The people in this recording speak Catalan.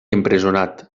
empresonat